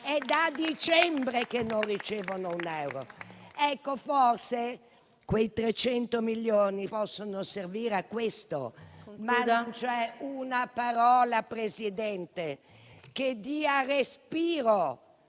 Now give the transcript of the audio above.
È da dicembre che non ricevono un euro. Ecco, forse, quei 300 milioni possono servire a questo, ma non c'è una parola, Presidente, che dia respiro